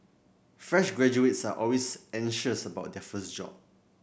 fresh graduates are always anxious about their first job